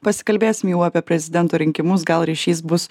pasikalbėsim jau apie prezidento rinkimus gal ryšys bus